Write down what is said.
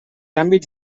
àmbits